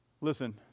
Listen